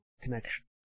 connection